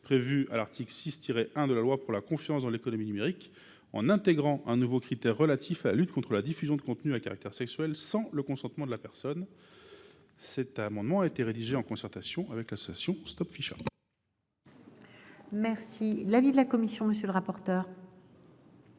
prévus à l’article 6 1 de la loi pour la confiance dans l’économie numérique, en intégrant un nouveau critère relatif à la lutte contre la diffusion de contenus à caractère sexuel sans le consentement de la personne. Cet amendement a été rédigé en concertation avec l’association StopFisha. Quel est l’avis de la commission spéciale ?